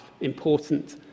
important